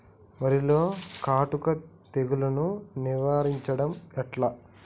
వరిలో కాటుక తెగుళ్లను నివారించడం ఎట్లా?